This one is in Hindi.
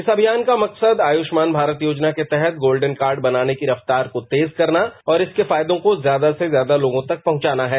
इस अभियान का मकसद आयुष्मान भारत योजना के तहत गोल्डन कार्ड बनाने की रफ्तार को तेज करना और इसके फायदों को ज्यादा से ज्यादा लोगों तक पहुंचाना है